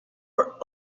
were